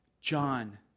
John